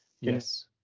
yes